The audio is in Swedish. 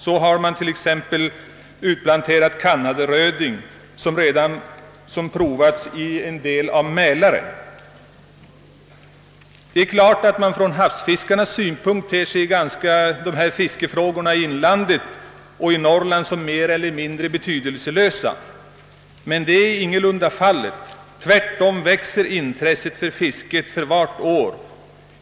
Så har exempelvis kanadaröding med framgång provats i en del av Mälaren. Det är klart att dessa fiskefrågor, som gäller inlandet och Norrland, ur havsfiskarnas synpunkt ter sig mer eller mindre betydelselösa. Men så är ingalunda fallet. Tvärtom växer intresset för fiske för varje år.